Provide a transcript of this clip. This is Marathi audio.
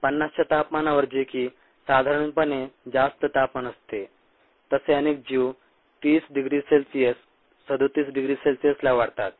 50 च्या तापमानावर जे की साधारणपणे जास्त तापमान असते तसे अनेक जीव 30 डिग्री सेल्सिअस 37 डिग्री सेल्सिअसला वाढतात